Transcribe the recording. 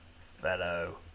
fellow